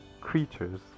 creatures